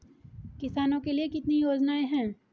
किसानों के लिए कितनी योजनाएं हैं?